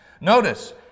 Notice